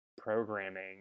programming